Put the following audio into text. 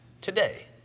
today